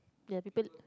ya people